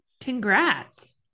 Congrats